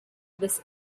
this